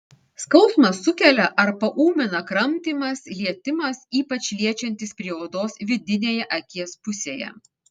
skausmą sukelia ar paūmina kramtymas lietimas ypač liečiantis prie odos vidinėje akies pusėje